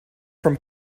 from